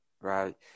Right